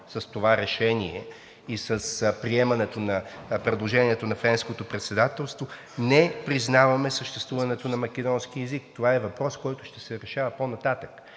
с приемането на предложението на Френското председателство – не признаваме съществуването на македонски език. Това е въпрос, който ще се решава по-нататък.